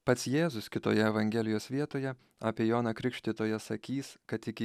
pats jėzus kitoje evangelijos vietoje apie joną krikštytoją sakys kad iki